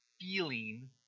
feeling